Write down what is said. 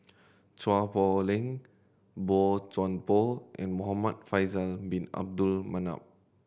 Chua Poh Leng Boey Chuan Poh and Muhamad Faisal Bin Abdul Manap